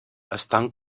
estan